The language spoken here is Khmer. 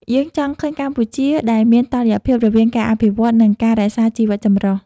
យើងចង់ឃើញកម្ពុជាដែលមានតុល្យភាពរវាងការអភិវឌ្ឍ និងការរក្សាជីវចម្រុះ។